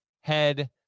Head